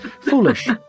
foolish